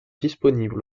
disponibles